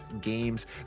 games